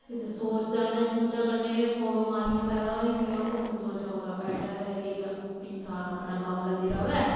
सोचाने सोचाने गै सौ बमारियां पैदा होई जंदियां उस सोचा ने सोचा कोह्लां बैटर ऐ कि इंसान अपना कम्म लग्गी रवै